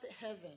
heaven